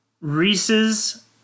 Reese's